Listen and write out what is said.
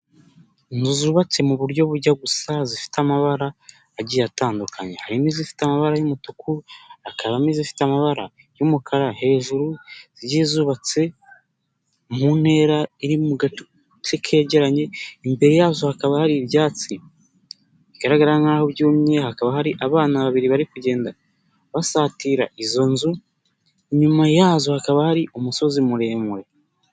Inzu zubatse mu buryo bujya gusa. Zifite amabara agiye atandukanye. Harimo izifite amabara y'umutuku, hakabamo izifite amabara y'umukara hejuru. Zigiye zubatse mu ntera iri mu gace kegeranye. Imbere yazo hakaba hari ibyatsi bigaragara nk'aho byumye. Hakaba hari abana babiri bari kugenda basatira izo nzu. Inyuma yazo hakaba hari umusozi muremure.